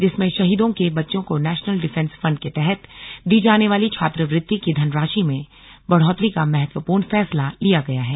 जिसमें शहीदों के बच्चों को नेशनल डिफेंस फंड के तहत दी जाने वाली छात्रवृत्ति की धनराशि में बढ़ोतरी का महत्वपूर्ण फैसला लिया गया है